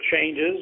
changes